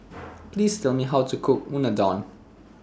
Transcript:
Please Tell Me How to Cook Unadon